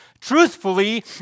truthfully